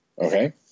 Okay